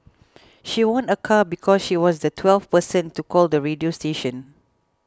she won a car because she was the twelfth person to call the radio station